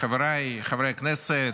חבריי חברי הכנסת,